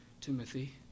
Timothy